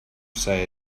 say